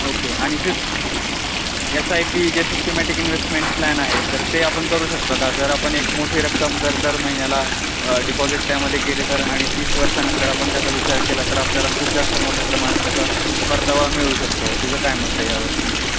okay आणि सिस् S I P जे सिस्टेमॅटिक इन्वेस्टमेंट प्लॅन आहे तर ते आपण करू शकतो का जर आपण एक मोठी रक्कम जर दर महिन्याला डिपॉजिट त्यामध्ये केली तर आणि तीस वर्षांनंतर आपण त्याचा विचार केला तर आपल्याला खूप जास्त मोठ्या प्रमाणात त्याचा परतावा मिळू शकतो तुझं काय मत आहे यावरती